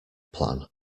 plan